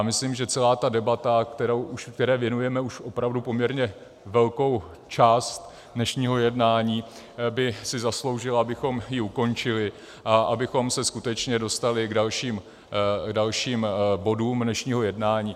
Myslím, že celá ta debata, které věnujeme už opravdu poměrně velkou část dnešního jednání, by si zasloužila, abychom ji ukončili a abychom se skutečně dostali k dalším bodům dnešního jednání.